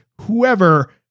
whoever